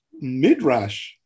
Midrash